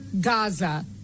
gaza